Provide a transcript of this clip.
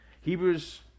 Hebrews